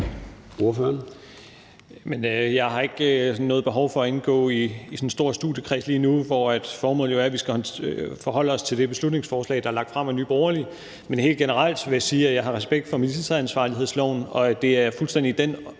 Jeg har ikke noget behov for at indgå i sådan en stor studiekreds lige nu, hvor formålet jo er, at vi skal forholde os til det beslutningsforslag, der er lagt frem af Nye Borgerlige. Men helt generelt vil jeg sige, at jeg har respekt for ministeransvarlighedsloven, og at det er fuldstændig i dens